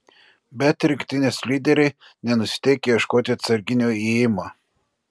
bet rinktinės lyderiai nenusiteikę ieškoti atsarginio įėjimo